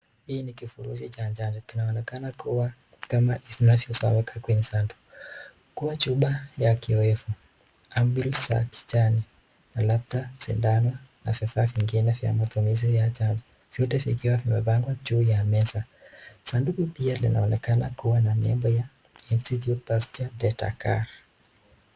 Hii ni kivirusi cha njano, kinaonekana kuwa kama inavyosomeka kwenye sanduku kuwa chupa ya kiwevu, amiri za kijani na labda sindano na vifaa vingine za matumizi ya chanjo vyote vikiwa vimepangwa juu ya meza, sanduku pia linaonekana kuwa miembe ya Institute Pastium De Dakar.